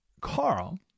Carl